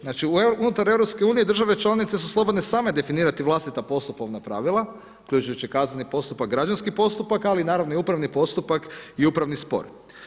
Znači, unutar EU, države članice su slobodne same definirati vlastita … pravila, uključujući kazneni postupak, građanski postupak, ali naravno i upravni postupak i upravni spor.